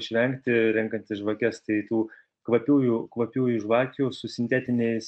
išvengti renkantis žvakes tai tų kvapiųjų kvapiųjų žvakių su sintetiniais